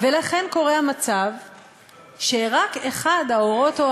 לכן קורה המצב שרק אחד ההורות,